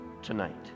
tonight